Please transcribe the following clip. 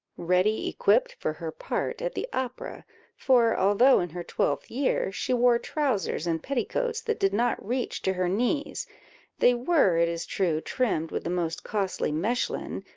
ready equipped for her part at the opera for, although in her twelfth year, she wore trowsers and petticoats that did not reach to her knees they were, it is true, trimmed with the most costly mechlin,